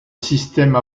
système